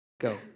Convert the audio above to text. Go